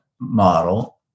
model